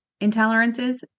intolerances